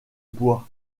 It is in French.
bois